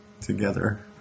together